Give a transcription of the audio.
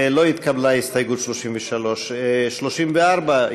לא התקבלה הסתייגות 33. 34,